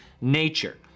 nature